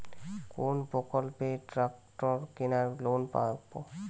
কোন প্রকল্পে ট্রাকটার কেনার লোন পাব?